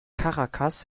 caracas